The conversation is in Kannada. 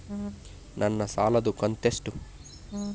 ನನ್ನ ಸಾಲದು ಕಂತ್ಯಷ್ಟು?